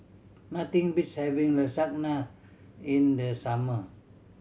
nothing beats having Lasagne in the summer